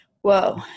Whoa